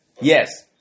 Yes